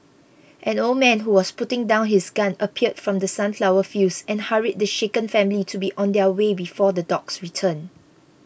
an old man who was putting down his gun appeared from the sunflower fields and hurried the shaken family to be on their way before the dogs return